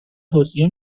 توصیه